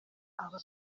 aba